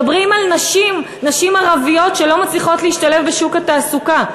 מדברים על נשים ערביות שלא מצליחות להשתלב בשוק התעסוקה.